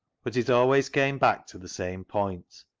but it always came back to the same point.